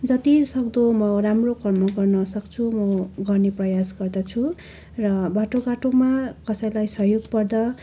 जतिसक्दो म राम्रो कर्म गर्नसक्छु म गर्ने प्रयास गर्दछु र बाटोघाटोमा कसैलाई सहयोग पर्दा